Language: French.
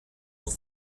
aux